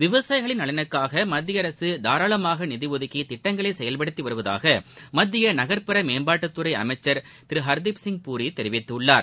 விவசாயிகளின் நலனுக்காக மத்திய அரசு தாராளமாக நிதி ஒதுக்கி திட்டங்களை செயல்படுத்தி வருவதாக மத்திய நகர்ப்புற மேம்பாட்டுத்துறை அமைச்சர் திரு ஹர்திப்சிங் பூரி தெரிவித்துள்ளார்